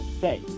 say